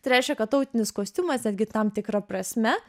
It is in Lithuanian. tai reiškia kad tautinis kostiumas netgi tam tikra prasme